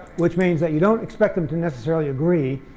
which means that you don't expect them to necessarily agree.